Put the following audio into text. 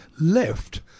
left